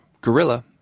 gorilla